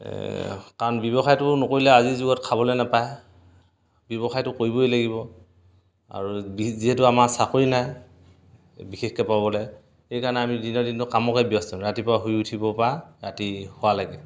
কাৰণ ব্যৱসায়টো নকৰিলে আজিৰ যুগত খাবলৈ নাপায় ব্যৱসায়টো কৰিবই লাগিব আৰু যিহেতু আমাৰ চাকৰি নাই বিশেষকৈ পাবলৈ সেইকাৰণে আমি দিনৰ দিনটো কামতে ব্যস্ত ৰাতিপুৱা শুই উঠিবৰ পৰা ৰাতি শুৱালৈকে